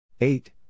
eight